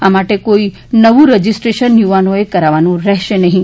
આ માટે કોઇ નવું રજીસ્ટ્રેશન યુવાનોએ કરવાનું રહેશે નફી